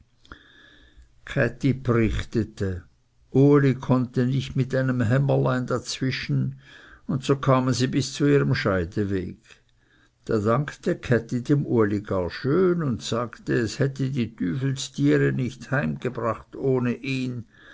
brichtete uli konnte nicht mit einem hämmerlein dazwischen und so kamen sie bis zu ihrem scheideweg da dankte käthi dem uli gar schön und sagte es hätte die tüfels tiere nicht heimgebracht ohne ihn